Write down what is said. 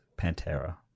pantera